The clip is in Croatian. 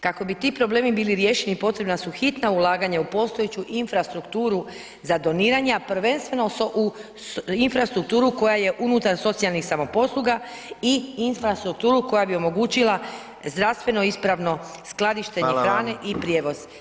Kako bi ti problemi bili riješeni potrebna su hitna ulaganja u postojeću infrastrukturu za doniranje, a prvenstveno u infrastrukturu koja je unutar socijalnih samoposluga i infrastrukturu koja bi omogućila zdravstveno ispravno skladištenje [[Upadica: Hvala vam.]] hrane i prijevoz.